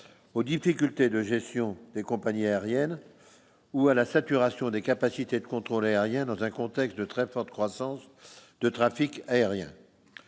aux difficultés de gestion des compagnies aériennes ou à la saturation des capacités de contrôle aérien, dans un contexte de très forte croissance de trafic aérien,